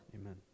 Amen